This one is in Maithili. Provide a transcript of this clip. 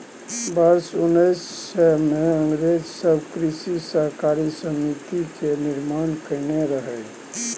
वर्ष उन्नैस सय मे अंग्रेज सब कृषि सहकारी समिति के निर्माण केने रहइ